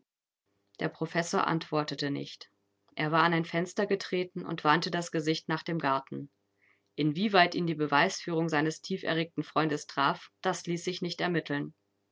der professor antwortete nicht er war an ein fenster getreten und wandte das gesicht nach dem garten inwieweit ihn die beweisführung seines tieferregten freundes traf das ließ sich nicht ermitteln